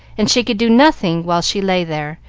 and she could do nothing while she lay there,